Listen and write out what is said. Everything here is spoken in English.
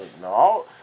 No